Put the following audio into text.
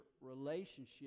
relationship